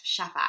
Shafak